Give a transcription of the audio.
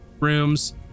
rooms